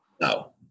No